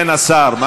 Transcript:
כן, השר?